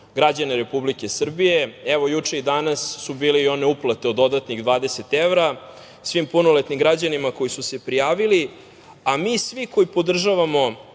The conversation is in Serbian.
građane Republike Srbije. I juče i danas su bile one uplate od dodatnih 20 evra svim punoletnim građanima koji su se prijavili, a mi svi koji podržavamo